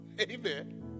Amen